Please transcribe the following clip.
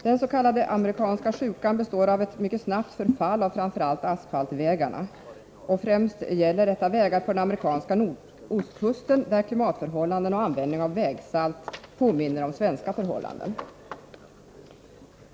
Den s.k. amerikanska sjukan består av ett mycket snabbt förfall när det gäller framför allt asfaltvägarna. Främst drabbas vägar på den amerikanska nordostkusten, där klimatförhållanden och användning av vägsalt påminner om svenska förhållanden.